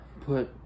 put